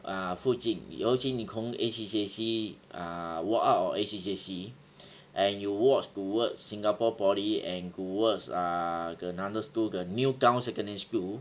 ah 附近尤其你从 A_C_J_C ah walk out of A_C_J_C and you walk towards singapore poly and towards uh uh another school the new town secondary school